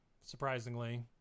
surprisingly